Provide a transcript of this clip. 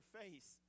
face